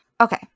Okay